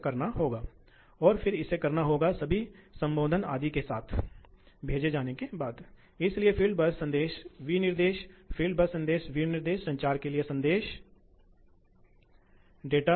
यह सिर्फ यह नहीं है कि प्रवाह कम हो रहा है यह दबाव भी सही है और बहुत तेजी से गिर रहा है तो क्या होता है